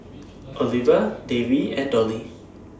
Oliva Davey and Dollye